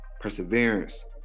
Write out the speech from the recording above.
perseverance